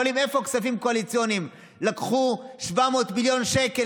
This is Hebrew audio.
כששואלים איפה כספים קואליציוניים: לקחו 700 מיליון שקל